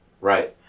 right